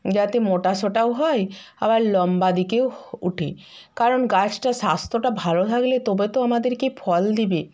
যাতে মোটাসোটাও হয় আবার লম্বা দিকেও ওটে কারণ গাছটা স্বাস্থ্যটা ভালো থাকলে তবে তো আমাদেরকে ফল দেবে